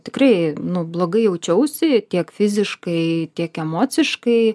tikrai nu blogai jaučiausi tiek fiziškai tiek emociškai